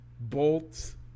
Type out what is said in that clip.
Bolts